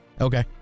Okay